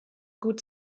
gut